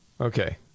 Okay